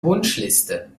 wunschliste